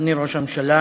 אדוני ראש הממשלה,